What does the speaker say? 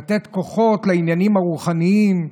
לתת כוחות לעניינים הרוחניים?